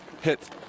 hit